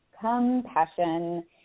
compassion